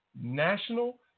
national